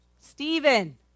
Stephen